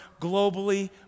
globally